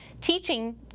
teaching